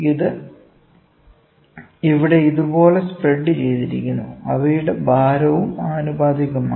ഇത് ഇവിടെ ഇതുപോലെ സ്പ്രെഡ് ചെയ്തിരിക്കുന്നു അവയുടെ ഭാരവും ആനുപാതികമാണ്